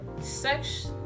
sex